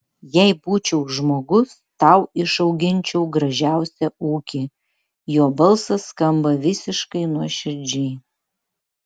jei būčiau žmogus tau išauginčiau gražiausią ūkį jo balsas skamba visiškai nuoširdžiai